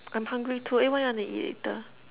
I'm hungry too eh what you wanna eat later